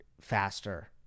faster